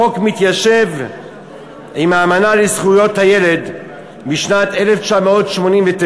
החוק מתיישב עם האמנה בדבר זכויות הילד משנת 1989,